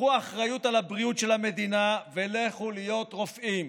קחו אחריות על הבריאות של המדינה ולכו להיות רופאים,